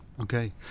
Okay